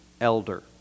elder